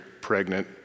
pregnant